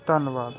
ਧੰਨਵਾਦ